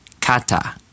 kata